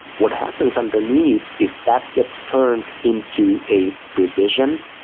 what happens underneath is that gets turned into a revision,